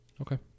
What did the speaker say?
Okay